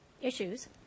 issues